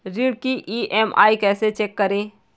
ऋण की ई.एम.आई कैसे चेक करें?